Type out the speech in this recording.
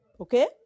okay